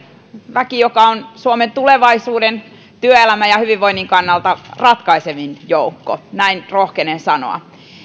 väki joka on suomen tulevaisuuden työelämän ja hyvinvoinnin kannalta ratkaisevin joukko näin rohkenen sanoa